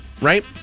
Right